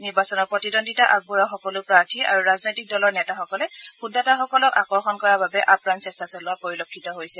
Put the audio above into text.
নিৰ্বাচনত প্ৰতিদ্বন্দ্বিতা আগবঢ়োৱা সকলো প্ৰাৰ্থী আৰু ৰাজনৈতিক দলৰ নেতাসকলে ভোটাৰসকলক আকৰ্যন কৰাৰ বাবে আপ্ৰাণ চেষ্টা চলোৱা পৰিলক্ষিত হৈছে